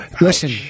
listen